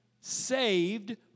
saved